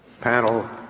panel